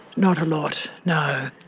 not a lot, no.